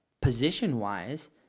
Position-wise